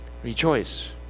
Rejoice